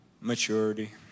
maturity